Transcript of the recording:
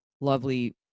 lovely